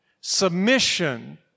Submission